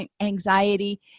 anxiety